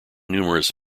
numerous